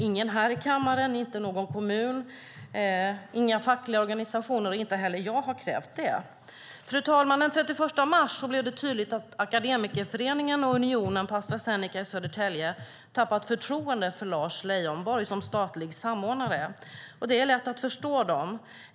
Ingen här i kammaren, inte någon kommun, inga fackliga organisationer och inte heller jag har krävt det. Fru talman! Den 31 mars blev det tydligt att Akademikerföreningen och Unionen på Astra Zeneca i Södertälje tappat förtroendet för Lars Leijonborg som statlig samordnare. Det är lätt att förstå dem.